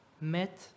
met